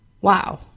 Wow